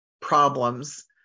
Problems